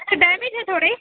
अच्छा डैमेज हैं थोड़े